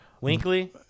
Winkley